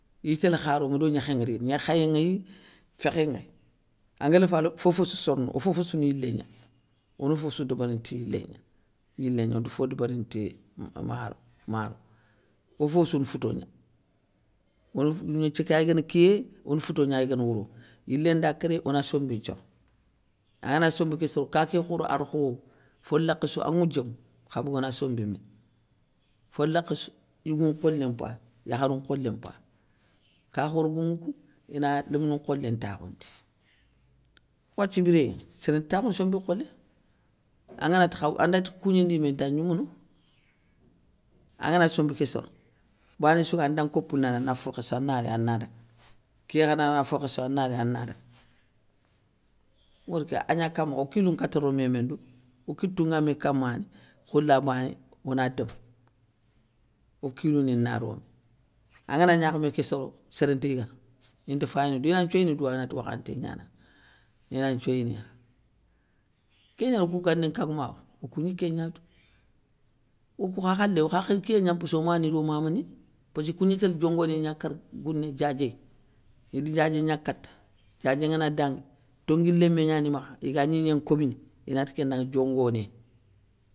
Iy télé kharounŋa ido gnékhé nŋa rini, gnékh khayé nŋéy, fékhé nŋéy anga léfado fofossou sorono, ofofossou ni yilé gna, ona fofossou débérini ti yilé gna, onta fo débérini ti maro maro, fofossouni fouto gna, ona gnéthié ké ya yigana kiyé, ona fouto gna yigana wouro, yilé nda kéré ona sombi nthioro, angana sombi ké soro ka ké khor arkho, folakhé sou an nŋwou diom, kha bogona sombi mini, folakhéssou, yigou nkholé mpayi, yakharou nkholé mpayi. Kakhoro goumou kou, ina lémounou nkholé ntakhoundi. Wathia biréyé, séré nti takhounou sombi nkholé, anganati khaw. a nda kougnindi yimé, inta gnoumounou, angana sombi ké soro, banéssou gayéy anda nkopou na ri ana fo khéssou ana réy ana daga, kékha nari ana fo khéssou ana réy anna daga, modi ké agna kanmokho okilou nkati rone mé mindou, okitou nga mé kamani khola bané ona domou, okilou ni na romé, angana gnakhamé ké soro, séré nti yigana, inta fayini, ina nthioyini doua inati wakhanté gnananŋa, ina nthioyiniya. Kén gnani okou gani nkagoumakhou, okou gni kégna tou, okou kha khalé okha khén kiyé gna mpossou omani do mamani, pass ikougnitélé diongoné gna kara gouné diadié, idi diadié gna kata, diadié ngana dangui, tongui lémé gnani makha, iga gnigné nkobini, inati kén danŋa diongoné.